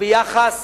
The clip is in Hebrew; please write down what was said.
וביחס